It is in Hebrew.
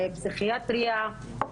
פסיכיאטריה.